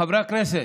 חברי הכנסת,